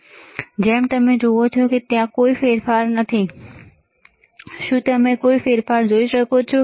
અને જેમ તમે જુઓ છો ત્યાં કોઈ ફેરફાર નથી શું તમે કોઈ ફેરફાર જોઈ શકો છો